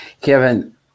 Kevin